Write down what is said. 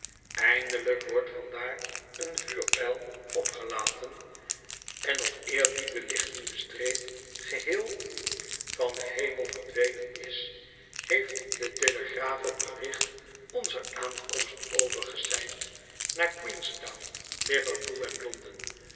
eindelijk wordt van daar een vuurpijl opgelaten en nog eer die lichtende streep geheel van den hemel verdwenen is heeft de telegraaf het bericht onzer aankomst overgoseind naar queenstown liverpool en londen